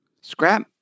scrap